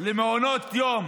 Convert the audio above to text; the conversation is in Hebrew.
למעונות יום